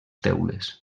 teules